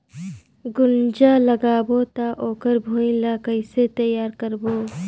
गुनजा लगाबो ता ओकर भुईं ला कइसे तियार करबो?